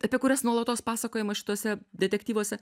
apie kurias nuolatos pasakojima šituose detektyvuose